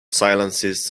silences